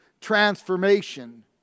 transformation